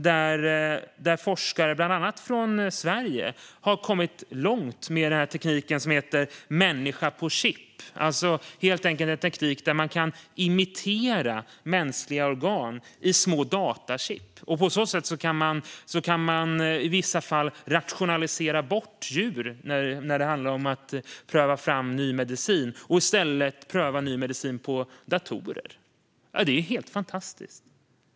Forskare från bland annat Sverige har kommit långt i den teknik som kallas människa på chip. Det är en teknik där man kan imitera mänskliga organ i små datachip. På så sätt kan man i vissa fall rationalisera bort djur för att ta fram ny medicin och i stället pröva fram den på datorer. Detta är helt fantastiskt.